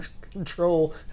control